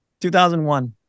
2001